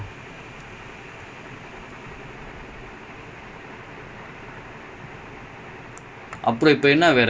இது அது எப்பொவே இருந்துச்சுல:ithu athu eppovae irunthuchula you see like old videos people they took a lot of because of that இது புதுசு எல்லாம் இல்ல:ithu puthusu ellaam illa